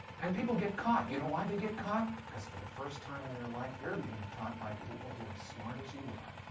and people get caught. you know why they get caught? because for the first time in your life you're being taught by people who are as smart as you are.